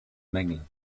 mängel